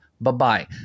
bye-bye